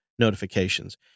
Notifications